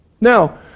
Now